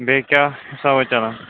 بیٚیہِ کیٛاہ حِساباہ چلان